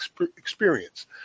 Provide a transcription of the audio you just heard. experience